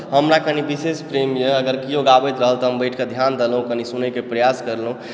हमरा कनि बिशेष प्रेम यऽ अगर केओ गाबैत रहल तऽ हम बैठकऽ कनि ध्यान देलहुॅं कनि सुनैके प्रयास कयलहुॅं